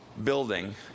building